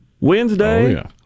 Wednesday